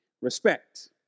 Respect